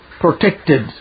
protected